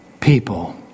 people